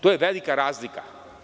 To je velika razlika.